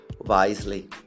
wisely